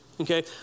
okay